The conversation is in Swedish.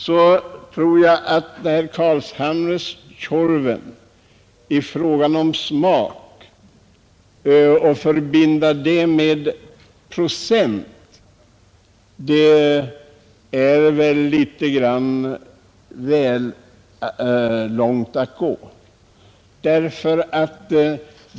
Herr Carlshamres speciella ”Tjorven” är tydligen att förbinda smaken på en dryck med vissa alkoholprocent, och gör man det har man väl ändå gått för långt.